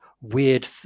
weird